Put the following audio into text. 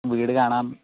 വീട് കാണാൻ